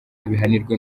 abihanirwe